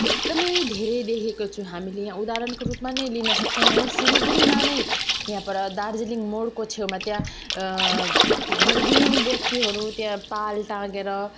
एकदमै धेरै देखेको छु हामीले यहाँ उदाहरणको रूपमा नै लिन सक्छौँ यही सिलगढीमा नै यहाँ पर दार्जिलिङ मोडको छेउमा त्यहाँ घर विहिन व्यक्तिहरू त्यहाँ पाल टाँगेर